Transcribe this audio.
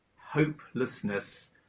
hopelessness